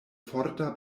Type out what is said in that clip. forta